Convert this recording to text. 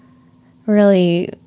really,